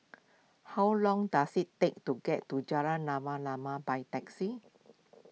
how long does it take to get to Jalan Rama Rama by taxi